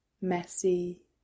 messy